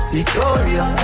Victoria